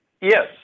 Yes